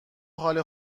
حالت